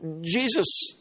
Jesus